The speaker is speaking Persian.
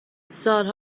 سالها